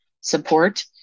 support